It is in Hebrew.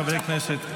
חבריי הכנסת.